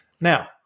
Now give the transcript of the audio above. Now